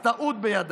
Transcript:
אז טעות בידם.